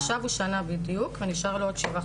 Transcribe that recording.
עכשיו הוא שנה בדיוק ונשארו לו שבעה חודשים.